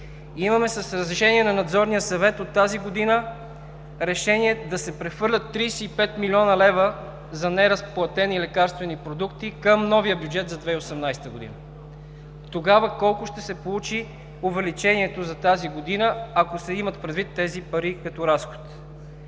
Имаме с разрешение на Надзорния съвет от тази година решение да се прехвърлят 35 млн. лв. за неразплатени лекарствени продукти към новия бюджет за 2018 г. Тогава колко ще се получи увеличението за тази година, ако се имат предвид тези пари като разход?